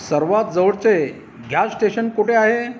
सर्वात जवळचे gas station कोठे आहे